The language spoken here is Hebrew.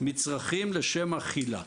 מצרכים לשם אכילה.